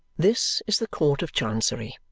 this is the court of chancery,